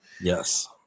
Yes